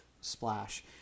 splash